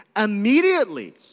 Immediately